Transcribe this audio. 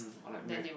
or like married